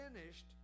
finished